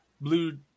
Blue